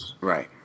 Right